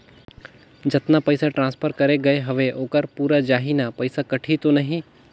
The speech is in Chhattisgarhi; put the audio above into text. जतना पइसा ट्रांसफर करे गये हवे ओकर पूरा जाही न पइसा कटही तो नहीं?